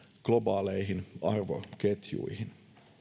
globaaleihin arvoketjuihin